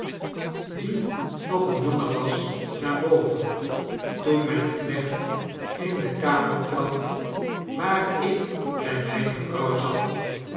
die nog een jongen was naar boven toen mjjn knecht in de kamer trad waar ik bij mjjne vrouw zat